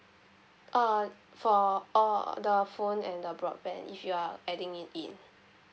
uh for uh the phone and the broadband if you are adding it in